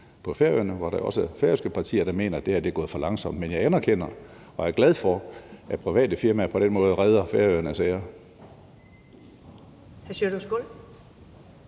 på Færøerne. Der er også færøske partier, der mener, at det her er gået for langsomt. Men jeg anerkender og er glad for, at private firmaer på den måde redder Færøernes ære. Kl.